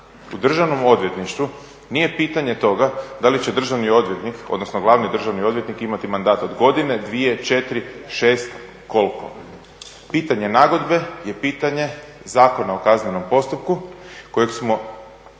u Državnom odvjetništvu nije pitanje toga da li će državni odvjetnik odnosno glavni državni odvjetnik imati mandat od godine, dvije, četiri, šest, koliko. Pitanje nagodbe je pitanje Zakona o kaznenom postupku kojeg smo,